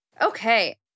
Okay